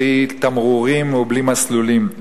בלי תמרורים ובלי מסלולים,